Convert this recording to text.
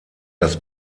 das